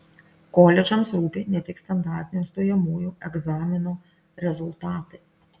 koledžams rūpi ne tik standartinio stojamųjų egzamino rezultatai